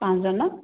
পাঁচজন ন